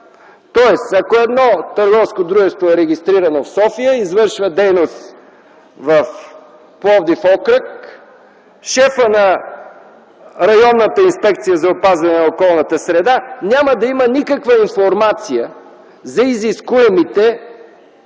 тоест ако едно търговско дружество е регистрирано в София и извършва дейност в Пловдив-окръг, шефът на Районната инспекция за опазване на околната среда няма да има никаква информация за изискуемите